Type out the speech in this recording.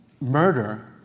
murder